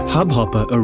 Hubhopper